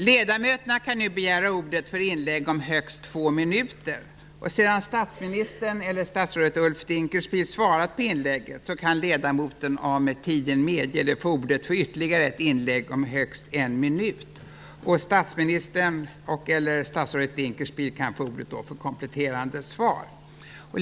Ledamöterna kan nu begära ordet för inlägg om högst två minuter. Sedan statsministern eller statsrådet Ulf Dinkelspiel svarat på inlägget kan ledamoten om tiden medger det få ordet för ett ytterligare inlägg om högst en minut. Statsministern eller statsrådet Dinkelspiel kan då få ordet för ett kompletterande svar.